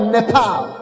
Nepal